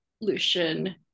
Lucian